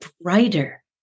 brighter